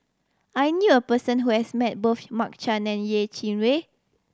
I knew a person who has met both Mark Chan and Yeh Chi Wei